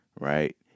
right